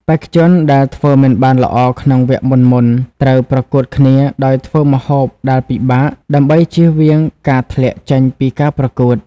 បេក្ខជនដែលធ្វើមិនបានល្អក្នុងវគ្គមុនៗ ត្រូវប្រកួតគ្នាដោយធ្វើម្ហូបដែលពិបាក ដើម្បីជៀសវាងការធ្លាក់ចេញពីការប្រកួត